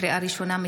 לקריאה ראשונה,